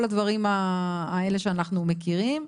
כל הדברים האלה שאנחנו מכירים,